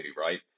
right